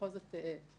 ובכל זאת דומים,